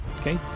Okay